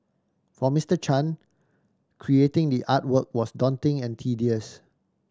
for Mister Chan creating the artwork was daunting and tedious